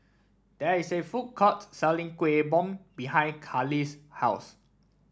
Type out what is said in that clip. there is a food court selling Kuih Bom behind Kahlil's house